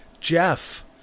Jeff